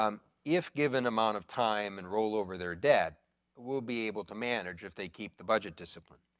um if given amount of time and roll over their debt will be able to manage if they keep the budget discipline.